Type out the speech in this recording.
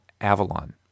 Avalon